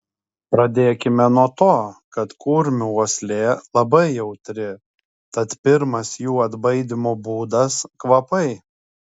pradėkime nuo to kad kurmių uoslė labai jautri tad pirmas jų atbaidymo būdas kvapai